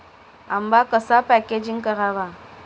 आंबा कसा पॅकेजिंग करावा?